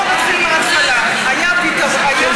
בוא נתחיל מהתחלה: היה סכסוך,